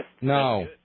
no